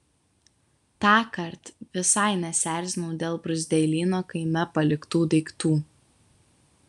tąkart visai nesierzinau dėl bruzdeilyno kaime paliktų daiktų